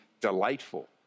delightful